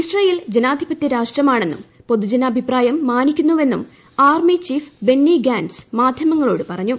Israel ജനാധിപത്യ രാഷ്ട്രമാണെന്നും പൊതുജനാഭിപ്രായം മാനിക്കുന്നുവെന്നും ആർമി ചീഫ് ബെന്നി ഗാന്റ്സ് മാധ്യമങ്ങളോട് പറഞ്ഞു